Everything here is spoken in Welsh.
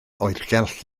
oergell